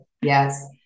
Yes